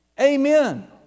Amen